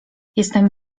jestem